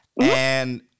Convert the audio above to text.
and-